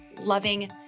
loving